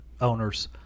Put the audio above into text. owners